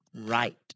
right